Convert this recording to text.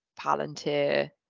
Palantir